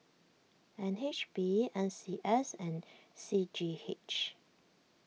N H B N C S and C G H